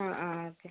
ആ ആ ഓക്കെ